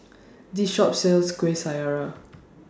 This Shop sells Kuih Syara